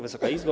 Wysoka Izbo!